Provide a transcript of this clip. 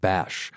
Bash